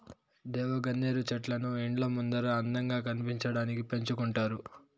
దేవగన్నేరు చెట్లను ఇండ్ల ముందర అందంగా కనిపించడానికి పెంచుకుంటారు